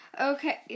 Okay